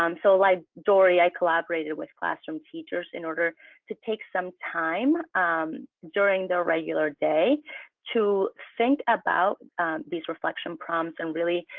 um so like dorie, i collaborated with classroom teachers in order to take some time during the regular day to think about these reflection problems and really